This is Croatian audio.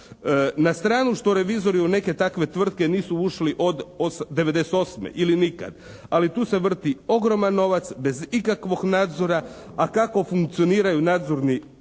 Na stranu što revizori u neke takve tvrtke nisu ušli od '98. ili nikad ali tu se vrti ogroman novac bez ikakvih nadzora a kako funkcioniraju nadzorni